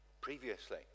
previously